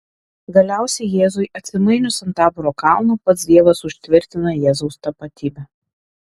galiausiai jėzui atsimainius ant taboro kalno pats dievas užtvirtina jėzaus tapatybę